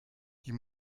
die